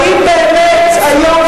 האם באמת היום,